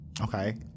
okay